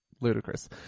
ludicrous